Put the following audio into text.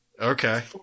okay